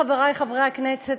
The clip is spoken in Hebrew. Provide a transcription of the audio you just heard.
חברי חברי הכנסת,